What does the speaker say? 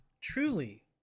Truly